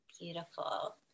Beautiful